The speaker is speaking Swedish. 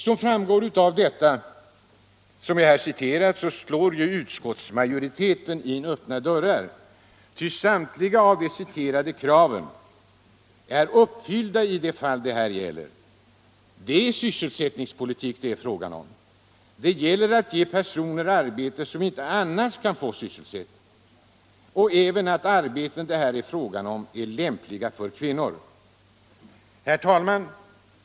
Som framgår av det jag här citerat slår ju utskottsmajoriteten in öppna dörrar, eftersom samtliga av de citerade kraven redan är uppfyllda i de fall det här gäller. Det är sysselsättningspolitik det är fråga om. det gäller att ge arbete åt personer som annars inte kan få sysselsättning, och det gäller även att de arbeten som kan komma i fråga är lämpliga för kvinnor. Herr talman!